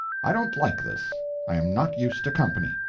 i don't like this i am not used to company.